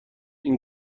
این